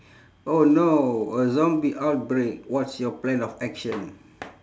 oh no a zombie outbreak what's your plan of action